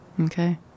Okay